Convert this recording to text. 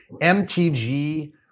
MTG